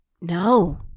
No